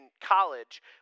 college